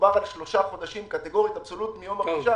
שמדובר על שלושה חודשים אבסולוטית מיום הרכישה.